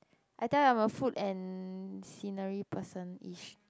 I tell you I'm a food and scenery person ish